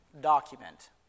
document